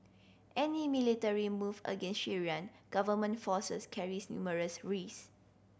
any military move against Syrian government forces carries numerous risk